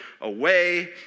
away